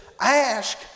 ask